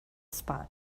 spot